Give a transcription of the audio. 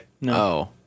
no